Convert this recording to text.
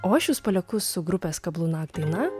o aš jus palieku su grupės kablunak daina